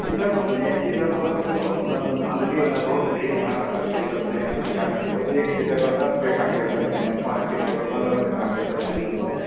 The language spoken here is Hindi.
इधर सुने हैं कि इधर बस में बहुत बड़ी धाँधली होती है बहुत भीड़भाड़ करके चलते हैं यहाँ पर आदमी को एक की जगह दस बैठाकर चलते हैं पांच की जगह पन्द्रह बैठाकर चलते हैं बस में